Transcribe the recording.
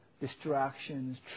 distractions